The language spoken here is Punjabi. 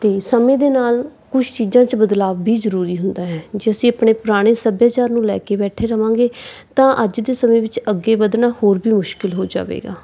ਅਤੇ ਸਮੇਂ ਦੇ ਨਾਲ ਕੁਛ ਚੀਜ਼ਾਂ 'ਚ ਬਦਲਾਵ ਵੀ ਜ਼ਰੂਰੀ ਹੁੰਦਾ ਹੈ ਜੇ ਅਸੀਂ ਆਪਣੇ ਪੁਰਾਣੇ ਸੱਭਿਆਚਾਰ ਨੂੰ ਲੈ ਕੇ ਬੈਠੇ ਰਹਾਂਗੇ ਤਾਂ ਅੱਜ ਦੇ ਸਮੇਂ ਵਿੱਚ ਅੱਗੇ ਵਧਣਾ ਹੋਰ ਵੀ ਮੁਸ਼ਕਿਲ ਹੋ ਜਾਵੇਗਾ